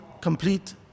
complete